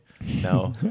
No